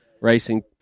Racing